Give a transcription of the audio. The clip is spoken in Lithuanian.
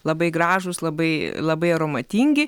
labai gražūs labai labai aromatingi